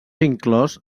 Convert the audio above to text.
inclòs